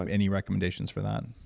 um any recommendations for that?